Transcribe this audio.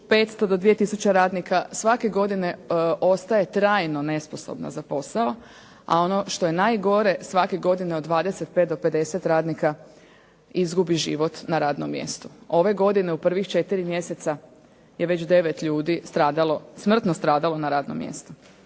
1500 do 2000 radnika svake godine ostaje trajno nesposobna za posao, a ono što je najgore svake godine od 25 do 50 radnika izgubi život na radnom mjestu. Ove godine u prvih četiri mjeseca je već 9 ljudi smrtno stradalo na radnom mjestu.